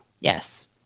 Yes